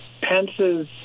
Pence's